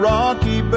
Rocky